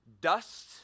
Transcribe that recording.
Dust